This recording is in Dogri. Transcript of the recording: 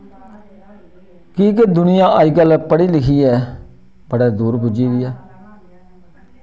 की के दुनिया अजकल पढ़ी लिखी ऐ बड़े दूर पुज्जी दी ऐ